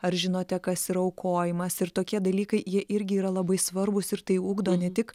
ar žinote kas yra aukojimas ir tokie dalykai jie irgi yra labai svarbūs ir tai ugdo ne tik